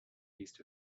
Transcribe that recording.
east